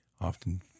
often